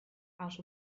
out